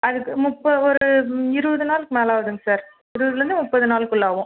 அதுக்கு முப்பது ஒரு இருபது நாள்க்கு மேலே ஆகுதுங்க சார் இருபதுலேருந்து முப்பது நாள்க்குள்ளே ஆகும்